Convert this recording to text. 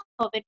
COVID